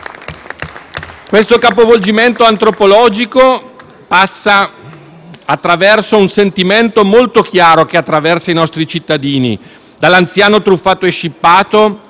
Questo capovolgimento antropologico passa attraverso un sentimento molto chiaro che è proprio di tutti i nostri cittadini: dall'anziano truffato e scippato,